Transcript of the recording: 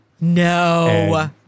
No